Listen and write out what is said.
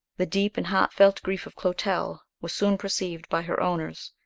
the deep and heartfelt grief of clotel was soon perceived by her owners,